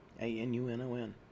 A-N-U-N-O-N